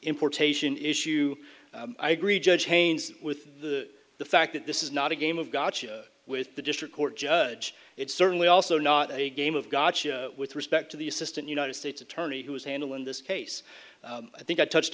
importation issue i agree judge haynes with the the fact that this is not a game of gotcha with the district court judge it's certainly also not a game of gotcha with respect to the assistant united states attorney who is handling this case i think i touched